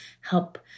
help